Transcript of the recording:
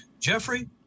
Jeffrey